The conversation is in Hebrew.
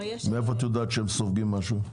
מאיפה את יודעת שהם סופגים משהו?